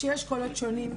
שיש קולות שונים,